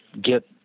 get